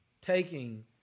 taking